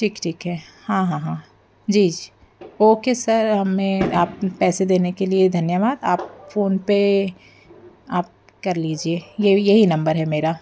ठीक ठीक है हाँ हाँ हाँ जी जी ओके सर हमें आप पैसे देने के लिए धन्यवाद आप फोन पे आप कर लीज़िए ये भी यही नंबर है मेरा